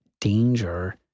danger